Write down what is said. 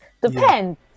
Depends